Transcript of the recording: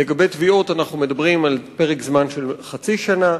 לגבי תביעות אנחנו מדברים על פרק זמן של חצי שנה,